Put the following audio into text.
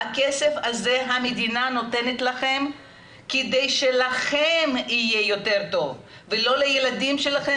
'הכסף הזה המדינה נותנת לכם כדי שלכם יהיה יותר טוב ולא לילדים שלכם